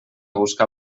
buscar